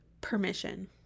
permission